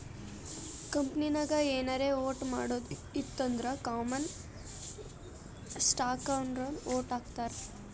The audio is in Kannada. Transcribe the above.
ಕಂಪನಿನಾಗ್ ಏನಾರೇ ವೋಟ್ ಮಾಡದ್ ಇತ್ತು ಅಂದುರ್ ಕಾಮನ್ ಸ್ಟಾಕ್ನವ್ರು ವೋಟ್ ಹಾಕ್ತರ್